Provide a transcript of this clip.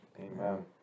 amen